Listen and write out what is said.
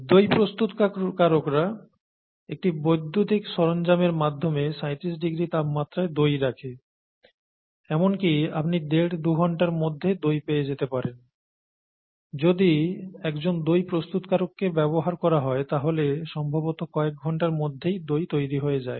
দই প্রস্তুতকারকরা একটি বৈদ্যুতিক সরঞ্জামের মাধ্যমে 37°C তাপমাত্রায় দই রাখে এমনকি আপনি দেড় দুঘণ্টার মধ্যে দই পেয়ে যেতে পারেন যদি একজন দই প্রস্তুতকারককে ব্যবহার করা হয় তাহলে সম্ভবত কয়েক ঘন্টার মধ্যে দই তৈরি হয়ে যায়